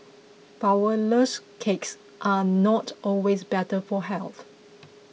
Flourless Cakes are not always better for health